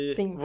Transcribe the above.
Sim